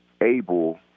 able